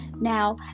Now